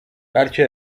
بلکه